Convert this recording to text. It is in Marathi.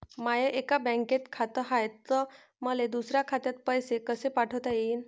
माय एका बँकेत खात हाय, त मले दुसऱ्या खात्यात पैसे कसे पाठवता येईन?